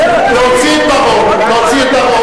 ביקשתי,